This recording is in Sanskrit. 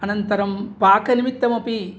अनन्तरं पाकनिमित्तमपि